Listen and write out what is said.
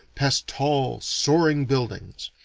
past tall, soaring buildings.